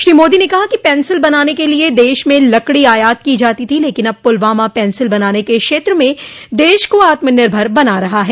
श्री मोदी ने कहा कि पेंसिल बनाने के लिए देश में लकड़ी आयात की जाती थी लेकिन अब पुलवामा पेंसिल बनाने के क्षेत्र में देश को आत्मनिर्भर बना रहा है